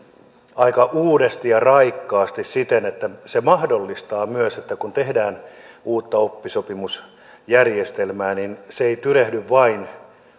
aika uudesti ja raikkaasti siten että se mahdollistaa myös sen että kun tehdään uutta oppisopimusjärjestelmää niin se ei tyrehdy vain